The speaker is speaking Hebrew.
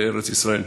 בארץ ישראל.